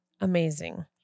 amazing